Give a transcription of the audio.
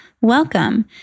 Welcome